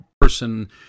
person